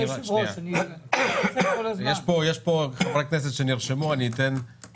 יש כאן חברי כנסת שנרשמו ואני אאפשר להם להתייחס.